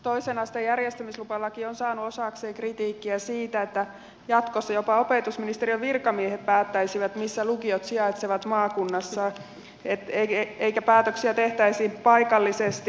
toisen asteen järjestämislupalaki on saanut osakseen kritiikkiä siitä että jatkossa jopa opetusministeriön virkamiehet päättäisivät missä lukiot sijaitsevat maakunnassa eikä päätöksiä tehtäisi paikallisesti